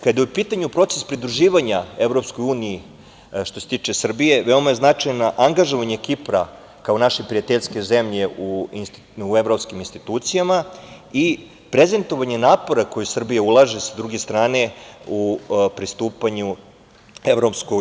Kada je u pitanju proces pridruživanja EU što se tiče Srbije veoma je značajno angažovanje Kipra kao naše prijateljske zemlje u evropskim institucijama i prezentovanje napora koji Srbija ulaže sa druge strane u pristupanju EU.